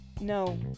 No